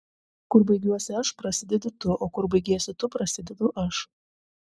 kur baigiuosi aš prasidedi tu o kur baigiesi tu prasidedu aš